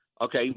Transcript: okay